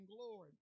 Glory